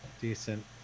Decent